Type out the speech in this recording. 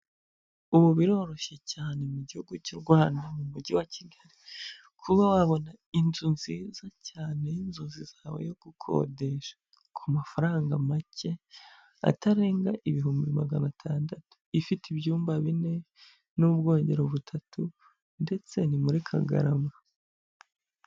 Ubu biroroshye cyane mu gihugu cy'u Rwanda mu mugi wa Kigali, kuba wabona inzu nziza cyane y'inzozi zawe yo gukodesha. Ku mafaranga make atarenga ibihumbi magana atandatu. Ifite ibyumba bine n'ubwogero butatu ndetse ni muri Kagarama.